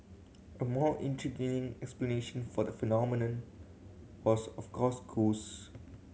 a more intriguing explanation for the phenomenon was of course ghost